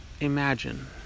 imagine